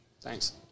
Thanks